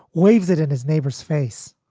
waves it in his neighbor's face.